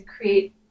create